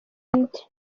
undi